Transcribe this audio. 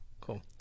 Cool